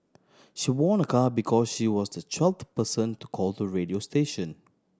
she won a car because she was the twelfth person to call the radio station